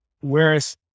Whereas